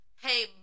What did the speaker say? hey